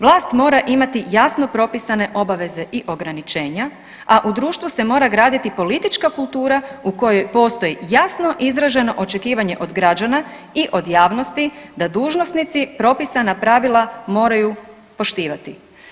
Vlast mora imati jasno propisane obaveze i ograničenja, a u društvu se mora graditi politička kultura u kojoj postoji jasno izraženo očekivanje od građana i od javnosti da dužnosnici propisana pravila moraju poštivati.